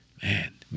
Man